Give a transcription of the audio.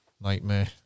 nightmare